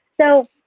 So